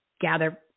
gather